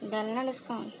द्याल ना डिस्काउं